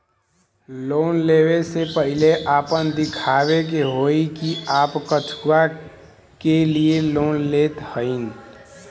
Loan ले वे से पहिले आपन दिखावे के होई कि आप कथुआ के लिए लोन लेत हईन?